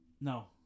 No